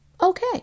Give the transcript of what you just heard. okay